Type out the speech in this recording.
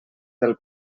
del